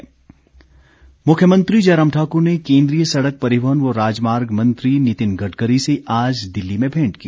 भेंट मुख्यमंत्री जयराम ठाकुर ने केंद्रीय सड़क परिवहन व राजमार्ग मंत्री नितिन गडकरी से आज दिल्ली में भेंट की